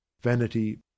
vanity